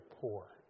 poor